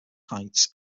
heights